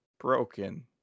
broken